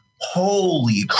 Holy